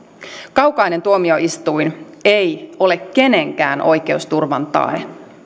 kaukainen tuomioistuin ei ole kenenkään oikeusturvan tae